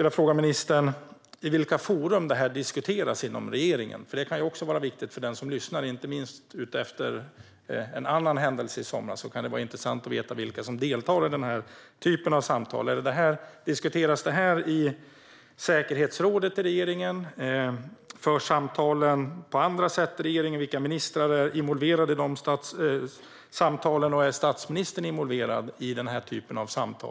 vill fråga ministern i vilka forum detta diskuteras inom regeringen, herr talman. Det kan nämligen också vara viktigt för den som lyssnar; inte minst efter en annan händelse i somras kan det vara intressant att veta vilka som deltar i den här typen av samtal. Diskuteras detta i säkerhetsrådet i regeringen? Förs samtalen på andra sätt i regeringen? Vilka ministrar är involverade i samtalen? Är statsministern involverad i den här typen av samtal?